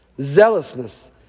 Zealousness